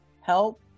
help